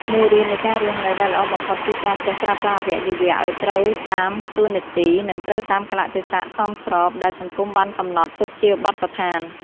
មេរៀននៃការរស់នៅដែលល្អបំផុតគឺការចេះប្រើប្រាស់អវយវៈឱ្យត្រូវតាមតួនាទី និង ត្រូវតាមកាលៈទេសៈសមស្របដែលសង្គមបានកំណត់ទុកជាបទដ្ឋាន។